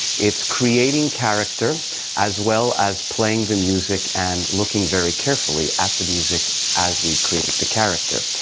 it's creating character as well as playing the music and looking very carefully at the music as we create the character.